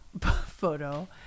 photo